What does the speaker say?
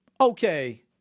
okay